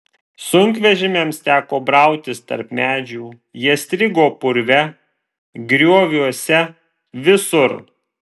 sunkvežimiams teko brautis tarp medžių jie strigo purve grioviuose visur